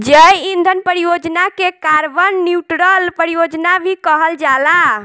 जैव ईंधन परियोजना के कार्बन न्यूट्रल परियोजना भी कहल जाला